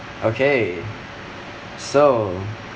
okay so